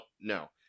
No